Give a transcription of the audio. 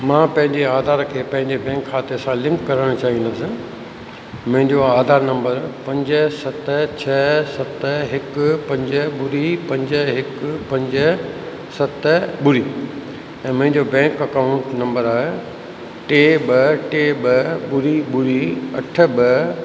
मां पहिंजे आधार खे पंहिंजे बैंक खाते सां लिंक करण चाहींदुसि मुंहिंजो आधार नंम्बर पंज सत छ सत हिकु पंज ॿुड़ी पंज हिकु पंज सत ॿुड़ी ऐं मुंहिंजो बैंक अकाऊंट नंम्बर आ टे ॿ टे ॿ ॿुड़ी ॿुड़ी अठ ॿ